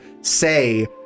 say